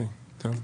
כן, טוב.